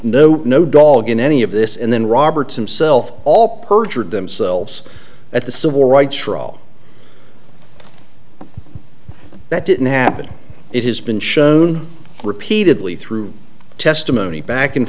no no dog in any of this and then roberts and self all perjured themselves at the civil rights for all that didn't happen it has been shown repeatedly through testimony back and